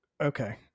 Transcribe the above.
okay